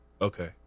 Okay